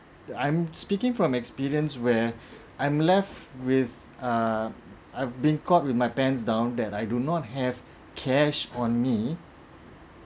I'm speaking from experience where I'm left with uh I've been caught with my pants down that I do not have cash on me